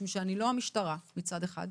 משום שאני לא המשטרה מצד אחד.